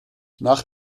nach